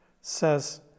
says